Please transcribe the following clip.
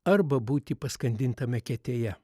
arba būti paskandintam eketėje